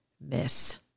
miss